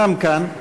נמצאים כאן.